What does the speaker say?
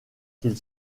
qu’il